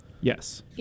Yes